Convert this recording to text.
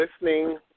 listening